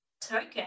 token